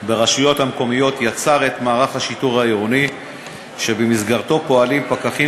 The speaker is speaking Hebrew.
ברשויות המקומיות יצר את מערך השיטור העירוני שבמסגרתו פועלים פקחים